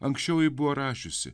anksčiau ji buvo rašiusi